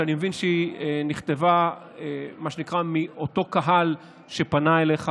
שאני מבין שהיא נכתבה מאותו קהל שפנה אליך,